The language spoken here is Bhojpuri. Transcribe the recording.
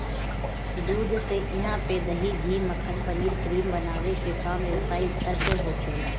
दूध से इहा पे दही, घी, मक्खन, पनीर, क्रीम बनावे के काम व्यवसायिक स्तर पे होखेला